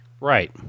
Right